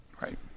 right